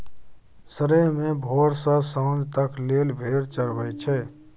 सरेह मे भोर सँ सांझ तक लेल भेड़ चरबई छै